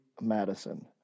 Madison